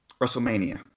WrestleMania